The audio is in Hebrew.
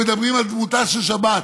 מדברים על דמותה של שבת,